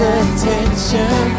attention